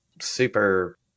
super